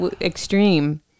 extreme